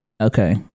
Okay